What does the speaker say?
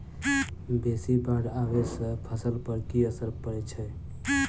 बेसी बाढ़ आबै सँ फसल पर की असर परै छै?